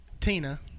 Tina